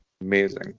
amazing